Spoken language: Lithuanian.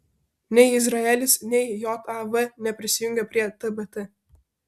nei izraelis nei jav neprisijungė prie tbt